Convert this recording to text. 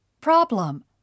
Problem